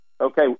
okay